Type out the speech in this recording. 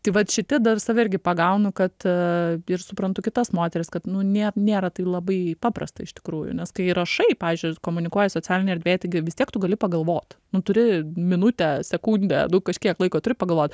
tai vat šiti dar save irgi pagaunu kad ir suprantu kitas moteris kad nu nė nėra tai labai paprasta iš tikrųjų nes kai rašai pavyzdžiui komunikuoji socialinėj erdvėj taigi vis tiek tu gali pagalvot nu turi minutę sekundę nu kažkiek laiko turi pagalvot